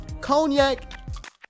cognac